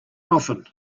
often